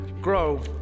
grow